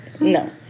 No